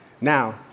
Now